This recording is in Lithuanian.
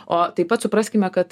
o taip pat supraskime kad